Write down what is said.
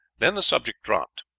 then the subject dropped,